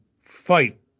fight